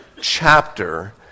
chapter